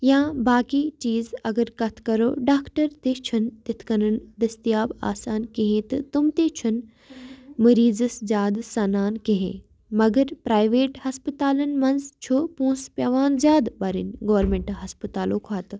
یا باقٕے چیٖز اگر کَتھ کَرو ڈاکٹر تہِ چھُنہٕ تِتھ کٔنٮ۪ن دٔستیاب آسان کِہیٖنۍ تہٕ تِم تہِ چھُنہٕ مٔریٖزَس زیادٕ سَنان کِہیٖنۍ مگر پرٛایویٹ ہَسپَتالَن منٛز چھُ پونٛسہٕ پٮ۪وان زیادٕ بَرٕنۍ گورمینٹ ہَسپَتالو کھۄتہٕ